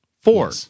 Four